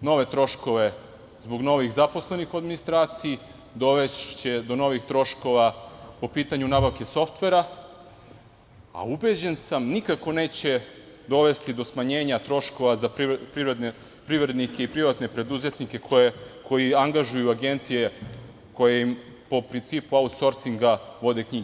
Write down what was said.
nove troškove zbog novih zaposlenih u administraciji, dovešće do novih troškova po pitanju nabavke softvera, a ubeđen sam, nikako neće dovesti do smanjenja troškova za privrednike i privatne preduzetnike koji angažuju agencije koje po principu outsourcing vode knjige.